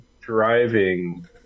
driving